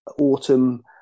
autumn